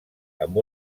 amb